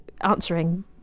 answering